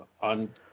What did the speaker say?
on